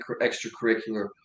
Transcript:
extracurricular